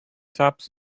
taps